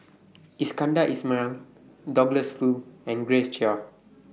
Iskandar Ismail Douglas Foo and Grace Chia